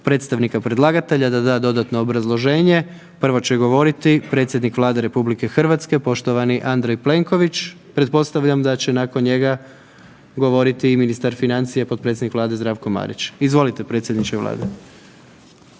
predstavnika predlagatelja da da dodatno obrazloženje. Prvo će govoriti predsjednik Vlade RH, poštovani Andrej Plenković. Pretpostavljam da će nakon njega govoriti i ministar financija i potpredsjednik Vlade Zdravko Marić. Izvolite predsjedniče Vlade.